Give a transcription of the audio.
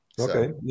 Okay